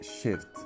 shift